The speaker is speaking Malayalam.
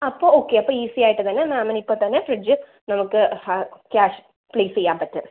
അപ്പോൾ ഓക്കെ അപ്പം ഈസിയായിട്ട് തന്നെ മാമിന് ഇപ്പം തന്നെ ഫ്രിഡ്ജ് നമുക്ക് ഹാ ക്യാഷ് പ്ലേസ് ചെയ്യാൻ പറ്റും